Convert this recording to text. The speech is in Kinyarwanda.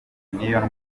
n’iyo